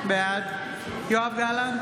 בעד יואב גלנט,